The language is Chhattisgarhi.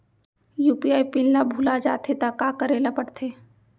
यू.पी.आई पिन ल भुला जाथे त का करे ल पढ़थे?